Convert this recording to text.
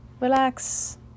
relax